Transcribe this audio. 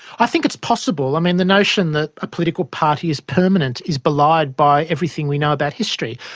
i think it's possible. i mean the notion that a political party is permanent is belied by everything we know about history.